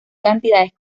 cantidades